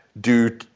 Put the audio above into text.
due